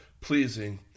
pleasing